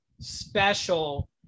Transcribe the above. special